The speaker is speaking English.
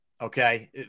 Okay